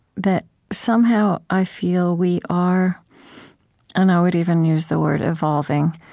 that somehow, i feel, we are and i would even use the word evolving,